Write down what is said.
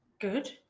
Good